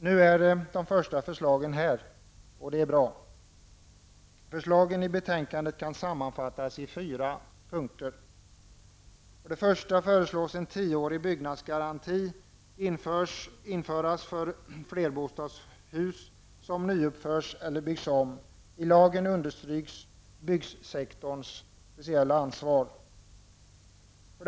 Nu är de första förslagen här, och det är bra. Förslagen i betänkandet kan sammanfattas i fyra punkter. I lagen understryks byggsektorns speciella ansvar. 2.